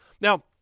Now